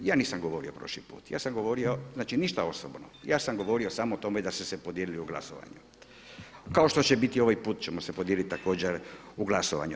Ja nisam govorio prošli put, ja sam govorio, znači osobno, ja sam govorio samo o tome da ste se podijelili u glasovanju kao što će biti, i ovaj put ćemo se podijeliti također u glasovanju.